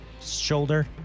shoulder